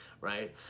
Right